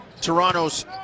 toronto's